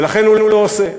ולכן הוא לא עושה.